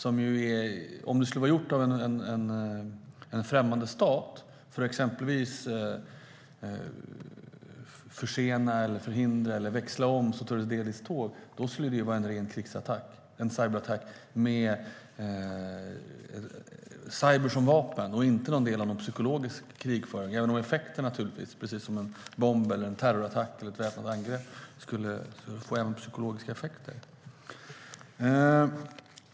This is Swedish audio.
Om sådana skulle göras av en främmande stat för att exempelvis försena, förhindra eller växla om Sotiris Delis tåg vore det en ren krigsattack. Det vore en attack med cyber som vapen, inte en del av någon psykologisk krigföring även om det naturligtvis - precis som en bomb, en terrorattack eller ett väpnat angrepp - skulle få även psykologiska effekter.